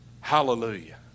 Hallelujah